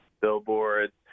billboards